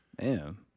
Man